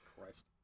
Christ